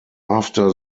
after